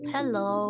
Hello